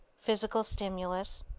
physical stimulus.